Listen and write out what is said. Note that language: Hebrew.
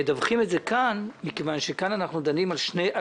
הופתענו מן המסקנות הללו של הוועדה בשל הניסיון שהיה